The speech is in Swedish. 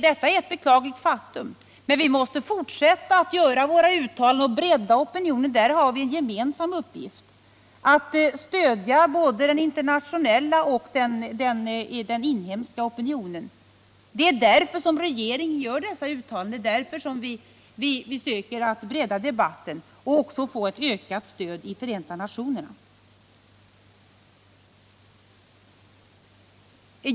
Detta är ett beklagligt faktum, men vi måste fortsätta att göra våra uttalanden och försöka bredda opinionen. Vi har här en gemensam uppgift att stödja både den internationella och den inhemska opinionen. Det är därför som regeringen gör dessa uttalanden, och det är därför som vi försöker bredda debatten och få ett ökat stöd i Förenta nationerna.